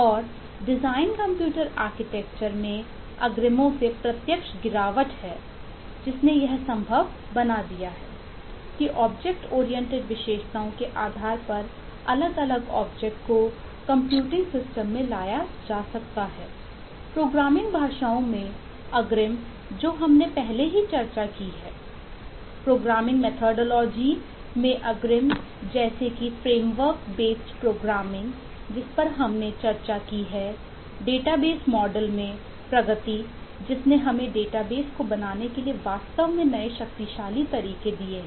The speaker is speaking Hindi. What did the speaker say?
और डिजाइन कंप्यूटर आर्किटेक्चर को बनाने के लिए वास्तव में नए शक्तिशाली तरीके दिए हैं